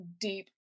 deep